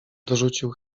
dorzucił